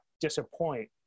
disappoint